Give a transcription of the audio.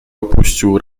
opuścił